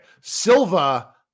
Silva